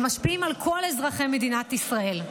הם משפיעים על כל אזרחי מדינת ישראל.